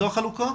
זו חלוקה?